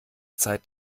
zeit